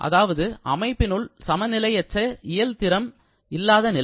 அதாவது அமைப்பினுள் சமநிலையற்ற இயல்திறம் இல்லாத நிலை